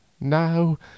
Now